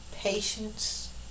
Patience